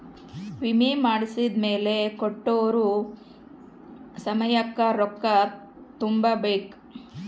ವಿಮೆ ಮಾಡ್ಸಿದ್ಮೆಲೆ ಕೋಟ್ಟಿರೊ ಸಮಯಕ್ ರೊಕ್ಕ ತುಂಬ ಬೇಕ್